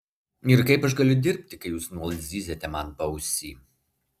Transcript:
ir kaip aš galiu dirbti kai jūs nuolat zyziate man paausy